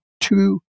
two